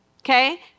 Okay